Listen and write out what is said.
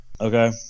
Okay